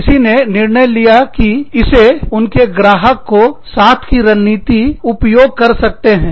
किसी ने निर्णय लिया कि इसे उनके ग्राहक को साथ की रणनीति उपयोग कर सकते हैं